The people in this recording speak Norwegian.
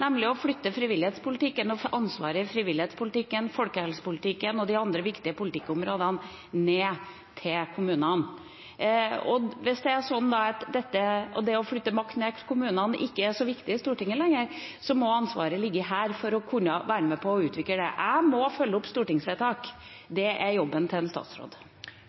nemlig å flytte frivillighetspolitikken og ansvaret i frivillighetspolitikken, folkehelsepolitikken og de andre viktige politikkområdene ned til kommunene. Hvis det da er sånn at det å flytte makt ned til kommunene ikke er så viktig i Stortinget lenger, må ansvaret ligge der for å kunne være med på å utvikle det. Jeg må følge opp stortingsvedtak – det er jobben til en statsråd.